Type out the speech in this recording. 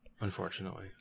Unfortunately